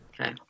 Okay